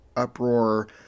uproar